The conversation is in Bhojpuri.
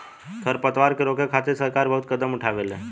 खर पतवार के रोके खातिर सरकार बहुत कदम उठावेले